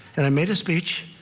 and i made a speech.